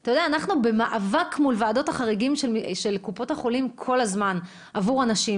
אנחנו במאבק מול ועדות החריגים של קופות החולים כל הזמן עבור אנשים,